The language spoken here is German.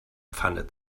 pfanne